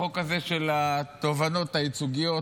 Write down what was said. החוק הזה של התובענות הייצוגיות